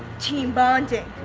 team bonding,